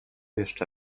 jeszcze